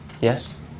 Yes